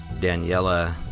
Daniela